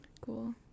cool